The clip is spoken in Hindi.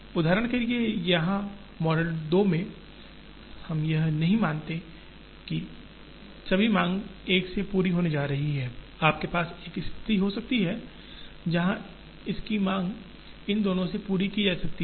उदाहरण के लिए यहां मॉडल 2 में हम यह नहीं मानते हैं कि सभी मांग केवल एक से पूरी होने जा रही है आपके पास एक स्थिति हो सकती है जहां इस की मांग इन दोनों से पूरी की जा सकती है